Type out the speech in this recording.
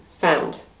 found